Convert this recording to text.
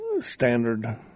standard